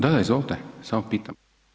Da, da, izvolite, samo pitam.